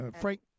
Frank